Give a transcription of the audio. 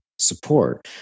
support